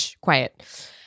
quiet